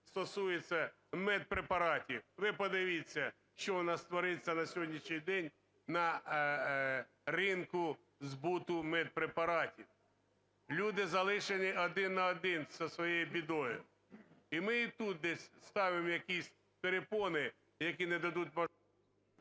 стосується медпрепаратів. Ви подивіться, що у нас твориться на сьогоднішній день на ринку збуту медпрепаратів. Люди залишені один на один зі своєю бідою. І ми тут десь ставимо якісь перепони, які не дадуть…